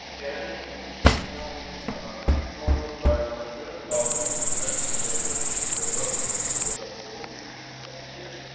and it's generally followed by concerns about which prevention measures we should adopt to make sure that no cases come here.